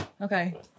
Okay